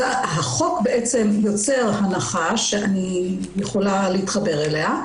החוק יוצר הנחה שאני יכולה להתחבר אליה,